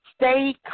Stay